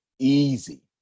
easy